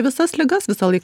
visas ligas visąlaik